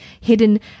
hidden